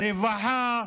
הרווחה,